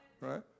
right